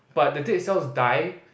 but the dead cells die